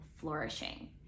flourishing